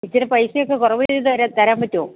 ഇച്ചിരി പൈസയൊക്കെ കുറവു ചെയ്തുതരാൻ പറ്റുമോ